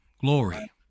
Glory